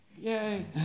Yay